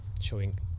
showing